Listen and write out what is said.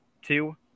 two